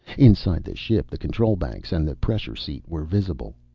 inside the ship the control banks and the pressure seat were visible.